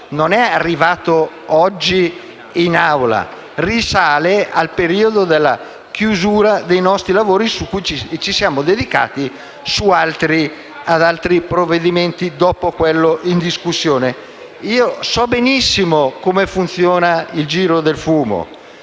non è arrivato oggi in Assemblea, ma risale al periodo della chiusura dei nostri lavori, quando ci siamo dedicati ad altri provvedimenti dopo quello in discussione. So benissimo come funziona il "giro del fumo":